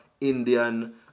indian